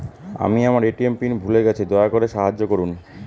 আমি আমার ATM pin ভুলে গেছি, দয়া করে সাহায্য করুন